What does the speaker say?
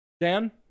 Dan